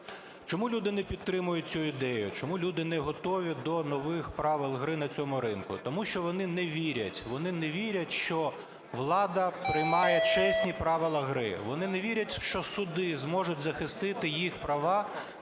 Чому люди не підтримують цю ідею? Чому люди не готові до нових правил гри на цьому ринку? Тому що вони не вірять, вони не вірять, що влада приймає чесні правила гри. Вони не вірять, що суди зможуть захистити їх права